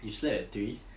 you slept at three